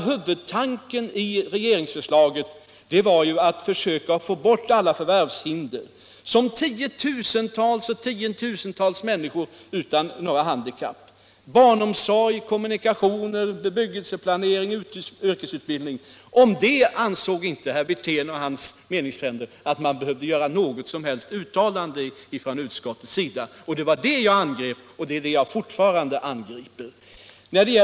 Huvudtanken i regeringsförslaget var att försöka få bort alla de förvärvshinder som finns för tiotusentals och åter tiotusentals människor utan handikapp — barnomsorg, kommunikationer, bebyggelseplanering, yrkesutbildning. Härom ansåg inte herr Wirtén och hans meningsfränder att utskottet behövde göra något som helst uttalande. Det var det jag angrep och fortfarande angriper.